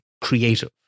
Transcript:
creative